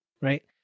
right